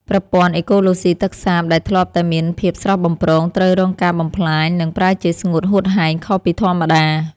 ប្រព័ន្ធអេកូឡូស៊ីទឹកសាបដែលធ្លាប់តែមានភាពស្រស់បំព្រងត្រូវរងការបំផ្លាញ និង ប្រែជាស្ងួតហួតហែងខុសពីធម្មតា។